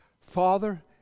Father